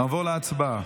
נעבור להצבעה.